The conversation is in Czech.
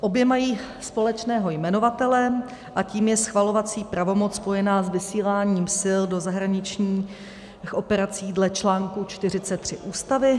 Obě mají společného jmenovatele a tím je schvalovací pravomoc spojená s vysíláním sil do zahraničních operací dle článku 43 Ústavy.